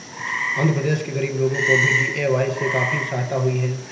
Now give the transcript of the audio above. आंध्र प्रदेश के गरीब लोगों को भी डी.ए.वाय से काफी सहायता हुई है